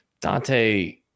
Dante